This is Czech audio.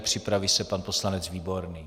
Připraví se pan poslanec Výborný.